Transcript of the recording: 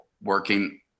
working